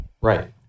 Right